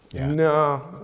No